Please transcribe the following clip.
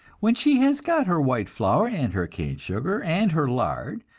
when she has got her white flour, and her cane sugar, and her lard,